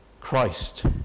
Christ